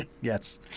Yes